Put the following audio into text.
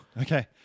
Okay